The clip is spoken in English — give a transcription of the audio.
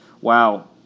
wow